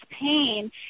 pain